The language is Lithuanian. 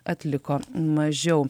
atliko mažiau